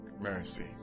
Mercy